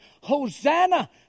Hosanna